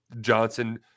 johnson